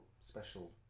special